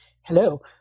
Hello